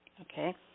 Okay